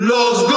Los